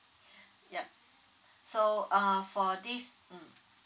yup so uh for this um